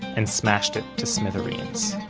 and smashed it to smithereens.